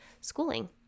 schooling